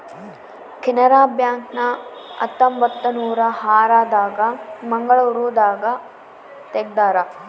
Canara bank ನ ಹತ್ತೊಂಬತ್ತನೂರ ಆರ ದಾಗ ಮಂಗಳೂರು ದಾಗ ತೆಗ್ದಾರ